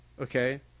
okay